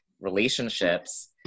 relationships